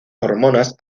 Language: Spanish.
hormonas